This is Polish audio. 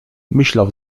myślał